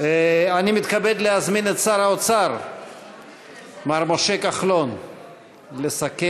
אני מתכבד להזמין את שר האוצר מר משה כחלון לסכם,